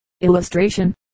Illustration